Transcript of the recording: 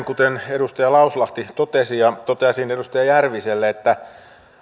kuten edustaja lauslahti totesi ja toteaisin edustaja järviselle että